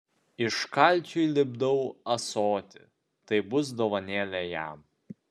iš kalkių lipdau ąsotį tai bus dovanėlė jam